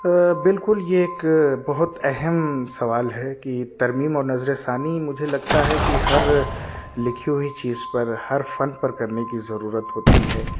بالکل یہ ایک بہت اہم سوال ہے کہ ترمیم و نظر ثانی مجھے لگتا ہے کہ ہر لکھی ہوئی چیز پر ہر فن پر کرنے کی ضرورت ہوتی ہے